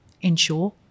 ensure